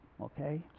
okay